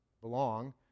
belong